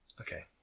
Okay